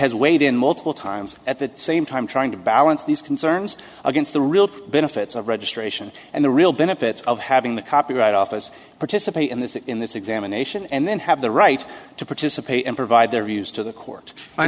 weighed in multiple times at the same time trying to balance these concerns against the real benefits of registration and the real benefits of having the copyright office participate in this in this examination and then have the right to participate and provide their views to the court i